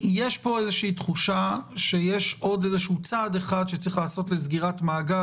יש פה איזושהי תחושה שיש עוד איזשהו צעד אחד שצריך לעשות לסגירת מעגל.